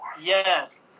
Yes